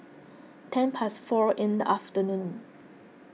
ten past four in the afternoon